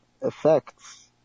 effects